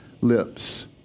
lips